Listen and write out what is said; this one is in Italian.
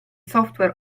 software